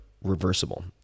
reversible